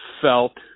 felt